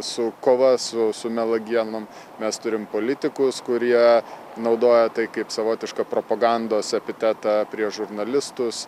su kova su su melagienom mes turim politikus kurie naudoja tai kaip savotišką propagandos epitetą prieš žurnalistus